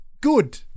good